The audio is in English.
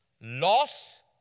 loss